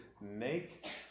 make